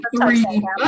Three